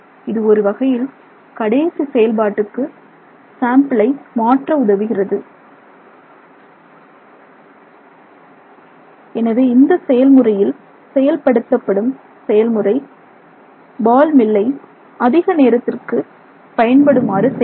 இது ஒருவகையில் கடைசி செயல்பாட்டுக்கு சாம்பிளை மாற்ற உதவுகிறது எனவே இந்த முறையில் செயல்படுத்தப்படும் செயல்முறை பால் மில்லை அதிக நேரத்திற்கு பயன்படுமாறு செய்கிறது